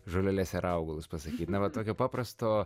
žoleles ir augalus pasakyt na va tokio paprasto